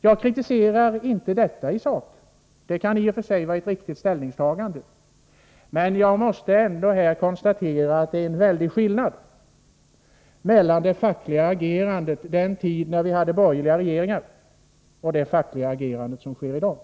Jag kritiserar inte detta i sak. Det kan i och för sig vara ett riktigt ställningstagande. Men jag måste ändå konstatera att det är en stor skillnad mellan det fackliga agerandet under den tid vi hade borgerliga regeringar och det fackliga agerande som sker i dag.